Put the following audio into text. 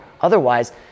Otherwise